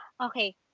okay